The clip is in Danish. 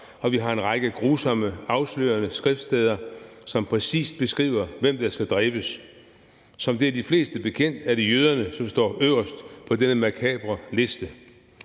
og vi har en række grusomme afslørende skriftsteder, som præcist beskriver, hvem der skal dræbes. Som det er de fleste bekendt, er det jøderne, som står øverst på denne makabre liste.